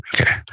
Okay